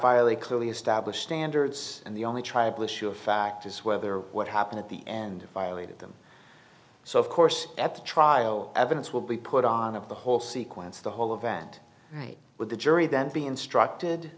fairly clearly establish standards and the only triable issue of fact is whether what happened at the and violated them so of course at the trial evidence will be put on of the whole sequence the whole event right with the jury then be instructed